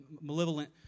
malevolent